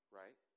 right